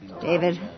David